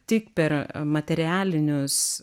tik per materialinius